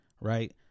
right